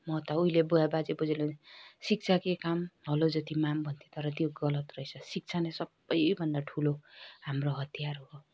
महत्त्व उहिले बुवा बाजे बज्यूले शिक्षा के काम हलो जोति माम भन्थ्यो तर त्यो गलत रैछ शिक्षा नै सपै भन्दा ठुलो हाम्रो हतियार हो